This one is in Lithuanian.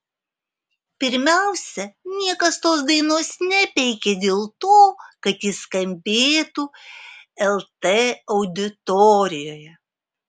pirmiausia niekas tos dainos nepeikė dėl to kad ji skambėtų lt auditorijoje